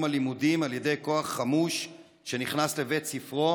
הלימודים על ידי כוח חמוש שנכנס לבית ספרו,